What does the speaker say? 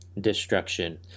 destruction